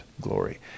glory